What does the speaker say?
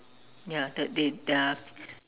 ya the they their